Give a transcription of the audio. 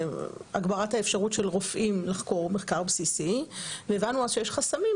הצורך בהגברת האפשרות של רופאים לחקור מחקר בסיסי והבנו אז שיש חסמים.